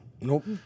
Nope